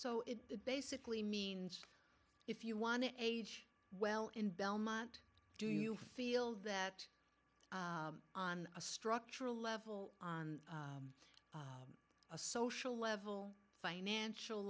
so it basically means if you want to age well in belmont do you feel that on a structural level on a social level financial